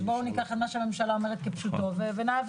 אז בואו ניקח את מה שהממשלה אומרת כפשוטו ונעביר.